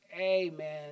Amen